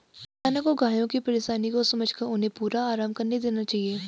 किसानों को गायों की परेशानियों को समझकर उन्हें पूरा आराम करने देना चाहिए